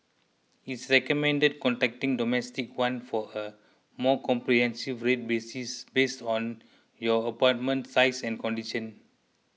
it's recommended contacting Domestic One for a more comprehensive rate bases based on your apartment size and condition